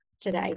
today